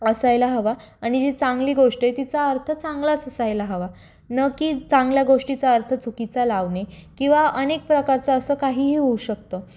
असायला हवा आणि जी चांगली गोष्ट आहे तिचा अर्थ चांगलाच असायला हवा ना की चांगल्या गोष्टीचा अर्थ चुकीचा लावणे किंवा अनेक प्रकारचं असं काहीही होऊ शकतं